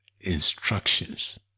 instructions